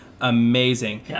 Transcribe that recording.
amazing